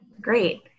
Great